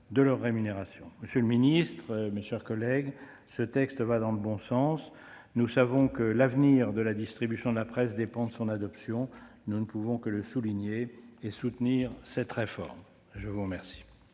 de leur rémunération. Monsieur le ministre, mes chers collègues, ce texte va dans le bon sens. Nous savons que l'avenir de la distribution de la presse dépend de son adoption. Nous ne pouvons que le souligner et soutenir cette réforme. La parole